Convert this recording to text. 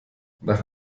nach